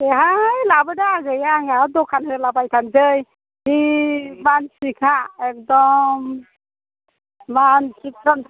देहाय लाबोदो आगै आंहा दखान होलाबायथारसै जि मानसिखा एखदम मानसिफ्रा